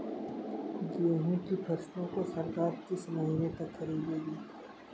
गेहूँ की फसल को सरकार किस महीने तक खरीदेगी?